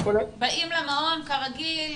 באים למעון כרגיל?